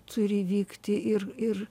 turi įvykti ir ir